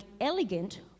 elegant